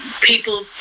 people